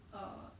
uh